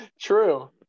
true